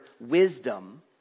wisdom